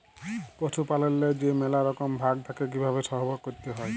পশুপাললেল্লে যে ম্যালা রকম ভাগ থ্যাকে কিভাবে সহব ক্যরতে হয়